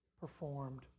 performed